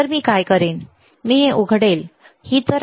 तर मी काय करेन मी हे उघडेल ही